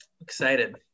Excited